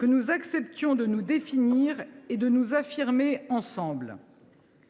que nous acceptions de nous définir et de nous affirmer ensemble.